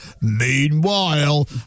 meanwhile